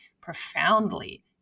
profoundly